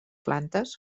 plantes